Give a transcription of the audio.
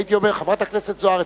כשהייתי אומר: חברת הכנסת זוארץ,